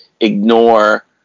ignore